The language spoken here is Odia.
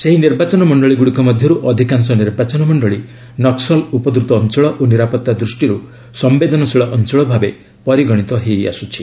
ସେହି ନିର୍ବାଚନ ମଣ୍ଡଳୀଗୁଡ଼ିକ ମଧ୍ୟରୁ ଅଧିକାଂଶ ନିର୍ବାଚନ ମଣ୍ଡଳୀ ନକ୍କଲ୍ ଉପଦ୍ରତ ଅଞ୍ଚଳ ଓ ନିରାପତ୍ତା ଦୃଷ୍ଟିରୁ ସମ୍ଭେଦନଶୀଳ ଅଞ୍ଚଳ ଭାବେ ପରିଗଣିତ ହେଉଛି